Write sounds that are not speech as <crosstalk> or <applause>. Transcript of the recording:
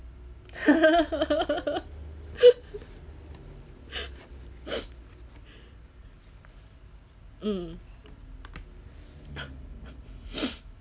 <laughs> mm <noise>